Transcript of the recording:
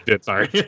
Sorry